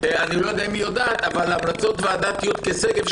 אני לא יודע אם היא יודעת אבל המלצות ועדת יודקה שגב,